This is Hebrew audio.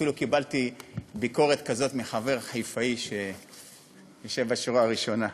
אפילו קיבלתי ביקורת כזאת מחבר חיפאי שיושב בשורה הראשונה.